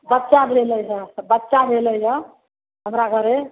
बच्चा भेलै हऽ बच्चा भेलैया हमरा घरे